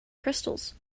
crystals